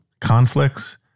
conflicts